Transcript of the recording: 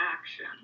action